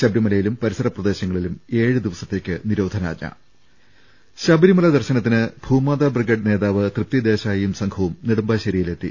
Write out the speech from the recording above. ശബരിമലയിലും പരിസരപ്രദേശങ്ങളിലും ഏഴു ദിവസത്തേക്ക് നിരോ ധനാജഞ ശബരിമല ദർശനത്തിന് ഭൂമാതാ ബ്രിഗേഡ് നേതാവ് തൃപ്തി ദേശായിയും സംഘവും നെടുമ്പാശ്ശേരിയിൽ എത്തി